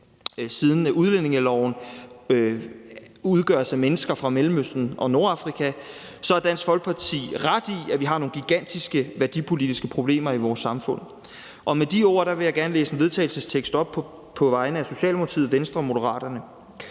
siden udlændingeloven, udgøres af mennesker fra Mellemøsten og Nordafrika, så har Dansk Folkeparti ret i, at vi har nogle gigantiske værdipolitiske problemer i vores samfund. Med de ord vil jeg gerne læse en vedtagelsestekst op på vegne af Socialdemokratiet, Venstre og Moderaterne: